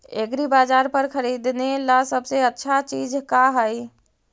एग्रीबाजार पर खरीदने ला सबसे अच्छा चीज का हई?